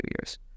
years